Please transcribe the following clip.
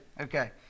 Okay